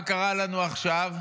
מה קרה לנו עכשיו?